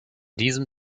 diesem